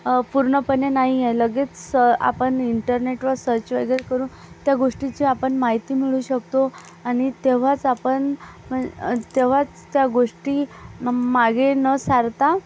पूर्णपणे नाही आहे लगेच आपण इंटरनेटवर सर्च वगैरे करून त्या गोष्टीची आपण माहिती मिळवू शकतो आणि तेव्हाच आपण म्हण तेव्हाच त्या गोष्टी मम् मागे न सारता